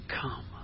come